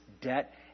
debt